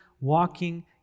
walking